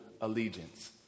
allegiance